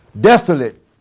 desolate